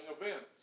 events